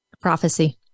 Prophecy